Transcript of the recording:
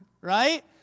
right